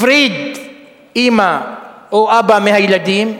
הפריד אמא או אבא מהילדים,